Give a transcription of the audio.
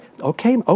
Okay